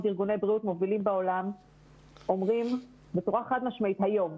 ארגוני בריאות מובילים בעולם אומרים בצורה חד משמעית היום,